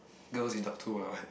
girls he talk to or not